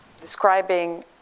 describing